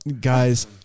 guys